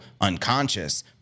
unconscious